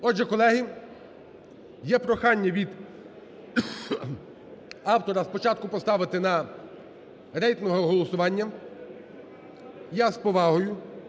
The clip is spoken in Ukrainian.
Отже, колеги, є прохання від автора спочатку поставити на рейтингове голосування. Я з повагою